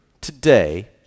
today